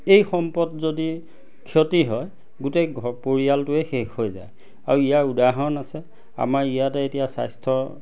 এই সম্পদ যদি ক্ষতি হয় গোটেই ঘৰ পৰিয়ালটোৱে শেষ হৈ যায় আৰু ইয়াৰ উদাহৰণ আছে আমাৰ ইয়াতে এতিয়া স্বাস্থ্য